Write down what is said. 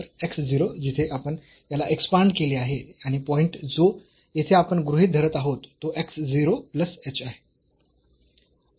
तर x 0 जिथे आपण याला एक्सपांड केले आहे आणि पॉईंट जो येथे आपण गृहीत धरत आहोत तो x 0 प्लस h आहे